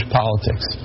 politics